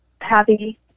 happy